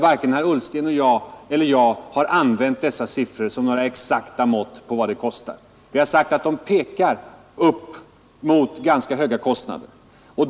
Varken herr Ullsten eller jag har använt dessa siffror som några exakta mått på vad det kostar. Vi har sagt att de pekar upp mot ganska höga kostnader.